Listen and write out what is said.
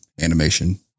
animation